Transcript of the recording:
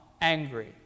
angry